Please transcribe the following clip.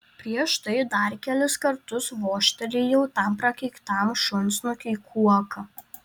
prieš tai dar kelis kartus vožtelėjau tam prakeiktam šunsnukiui kuoka